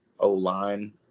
O-line